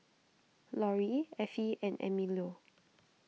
Lorri Effie and Emilio